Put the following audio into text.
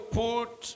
put